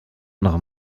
noch